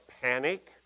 panic